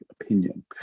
opinion